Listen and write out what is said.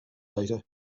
data